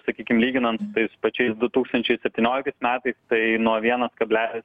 sakykim lyginant su tais pačiais du tūkstančiai septynioliktais metais tai nuo vienas kablelis